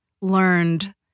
learned